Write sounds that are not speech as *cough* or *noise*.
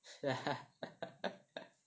*laughs*